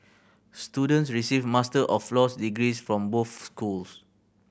students receive Master of Laws degrees from both schools